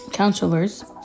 Counselors